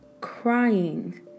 crying